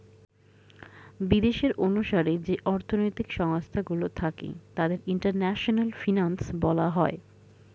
বিদেশের অনুসারে যে অর্থনৈতিক সংস্থা গুলো থাকে তাদের ইন্টারন্যাশনাল ফিনান্স বলা হয়